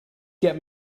get